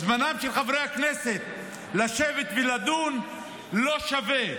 זמנם של חברי הכנסת לשבת ולדון לא שווה.